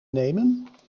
nemen